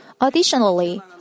Additionally